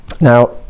Now